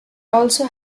also